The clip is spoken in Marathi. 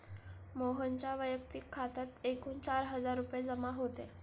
मोहनच्या वैयक्तिक खात्यात एकूण चार हजार रुपये जमा होते